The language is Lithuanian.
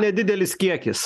nedidelis kiekis